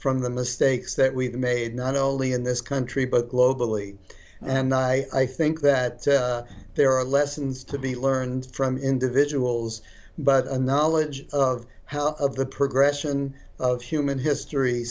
from the mistakes that we made not only in this country but globally and i think that there are lessons to be learned from individuals but a knowledge of how of the progression of human history